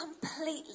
completely